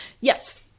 Yes